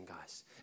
guys